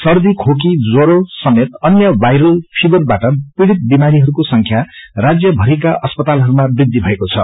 सर्दी खेकी ज्वरो समेत अन्य वायरल फिभरबाट पीढ़ित विमारीहरूको संख्या राज्य भरिको अस्पतालहरूमा वृद्धि भएको छ